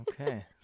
Okay